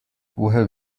woher